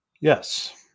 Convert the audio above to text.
Yes